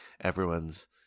everyone's